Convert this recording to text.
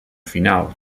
final